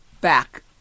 back